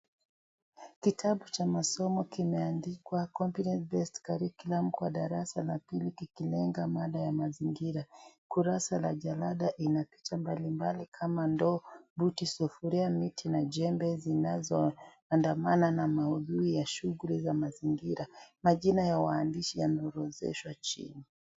Kitabu cha masomo kimeandikwa " Competent Based Curriculum " kwa darasa la pili kikilenga mada ya mazingira. Ukurasa la jalada ina picha mbalimbali kama ndoo, buti, sufuria, miti na jembe zinazoandamana na maudui ya shughuli za mazingira. Majina ya waandishi yameorodheshwa chini.